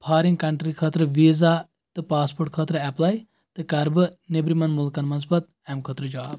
foreign country خٲطرٕ visa تہٕ passport خٲطرٕ ایٚپلاے تہٕ کَرٕ بہٕ نیبرِمٮ۪ن مُلکن منٛز پتہٕ اَمہِ خٲطرٕ جاب